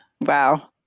Wow